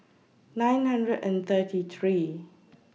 nine hundred and thirty three